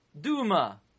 Duma